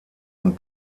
und